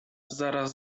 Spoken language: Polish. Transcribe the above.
zaraz